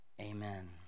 amen